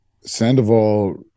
Sandoval